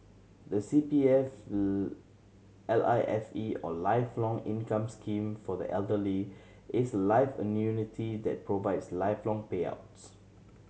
the C P F L I F E or Lifelong Income Scheme for the elderly is a life annuity that provides lifelong payouts